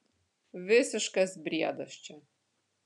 visiškas briedas čia